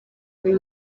uyu